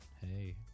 Hey